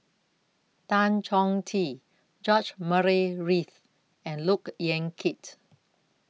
Tan Chong Tee George Murray Reith and Look Yan Kit